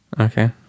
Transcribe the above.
Okay